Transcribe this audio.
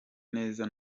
neza